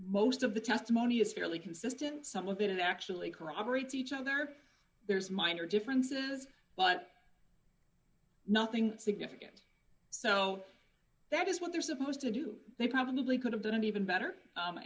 most of the testimony is fairly consistent some of it actually corroborate each other there's minor differences but nothing significant so that is what they're supposed to do they probably could have done an even better